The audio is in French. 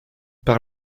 par